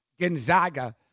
Gonzaga